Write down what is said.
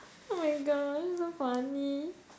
oh my gosh so funny